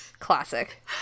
Classic